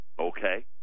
Okay